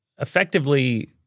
effectively –